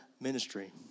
ministry